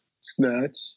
Snatch